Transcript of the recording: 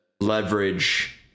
leverage